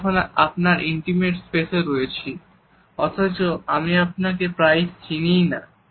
আমি আপনার ইন্টিমেটস স্পেসে রয়েছি অথচ আমি আপনাকে প্রায়ই চিনিই না